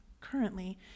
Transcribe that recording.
currently